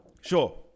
Sure